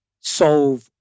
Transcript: solve